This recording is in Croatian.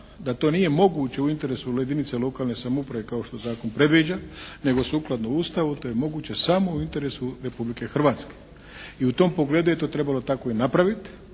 da to nije moguće u interesu jedinice lokalne samouprave kao što zakon predviđa, nego sukladno Ustavu to je moguće samo u interesu Republike Hrvatske i u tom pogledu je to trebalo tako i napraviti